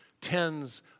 tens